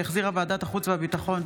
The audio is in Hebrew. שהחזירה ועדת החוץ והביטחון.